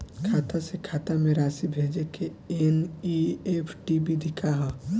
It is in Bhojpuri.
खाता से खाता में राशि भेजे के एन.ई.एफ.टी विधि का ह?